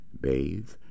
bathe